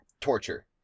Torture